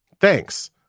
Thanks